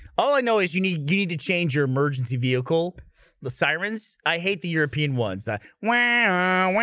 all i know is you need you need to change your emergency vehicle the sirens i hate the european ones that wow